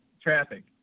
traffic